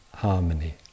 harmony